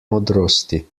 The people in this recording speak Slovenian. modrosti